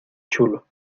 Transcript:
chulo